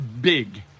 big